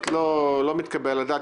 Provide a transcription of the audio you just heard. זה קצת לא מתקבל על הדעת,